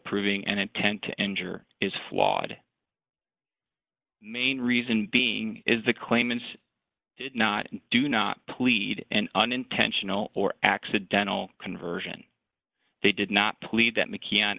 proving an intent to injure is flawed main reason being is the claimants not do not plead and an intentional or accidental conversion they did not plead that mickey